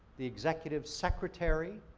the executive secretary,